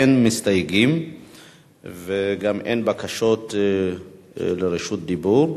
אין מסתייגים וגם אין בקשות לרשות דיבור.